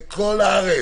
בכל הארץ.